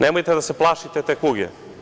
Nemojte da se plašite te kuge.